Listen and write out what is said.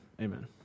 Amen